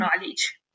knowledge